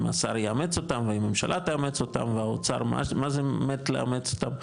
השר יאמץ אותם והממשלה תאמץ אותה והאוצר מה זה מת לאמץ אותה,